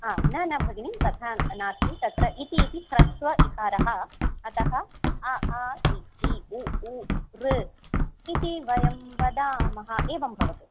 न न भगिनी तथा नास्ति तत्र इति इति ह्रस्व इकारः अतः अ आ इ ई उ ऊ ऋ इति वयं वदामः एवं भवतु